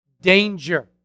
Danger